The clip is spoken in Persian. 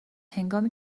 هنگامی